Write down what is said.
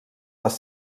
les